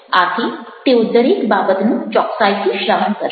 આથી તેઓ દરેક બાબતનું ચોક્સાઇથી શ્રવણ કરશે